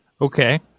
okay